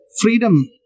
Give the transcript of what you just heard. freedom